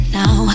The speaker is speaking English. now